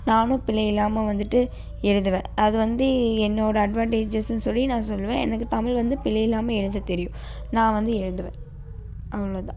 நானும் பிழையில்லாமல் வந்துட்டு எழுதுவேன் அது வந்து என்னோடய அட்வான்டேஜஸ்ஸுன்னு சொல்லி நான் சொல்லுவேன் எனக்கு தமிழ் வந்து பிழையில்லாமல் எழுத தெரியும் நான் வந்து எழுதுவேன் அவ்வளோ தான்